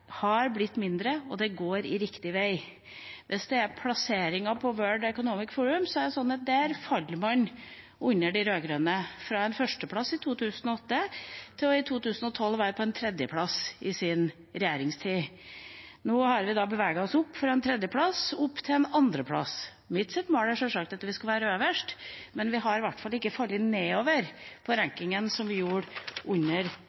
har blitt mindre, og det går riktig vei. Hvis det gjaldt plasseringen i World Economic Forums rangering, falt vi under de rød-grønne, fra å ha vært på førsteplass i 2008 til å ha vært på tredjeplass i 2012, altså i deres regjeringstid. Nå har vi beveget oss opp fra en tredjeplass til en andreplass. Mitt mål er sjølsagt at vi skal være øverst, men vi har i hvert fall ikke falt nedover på rankingen, som vi gjorde under